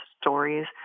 stories